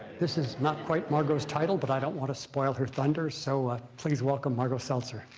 this is not quite margo's title, but i don't want to spoil her thunder, so ah please welcome margo seltzer.